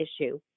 issue